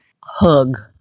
hug